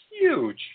huge